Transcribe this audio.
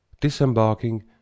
disembarking